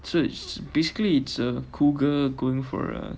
so it's basically it's a cougar going for a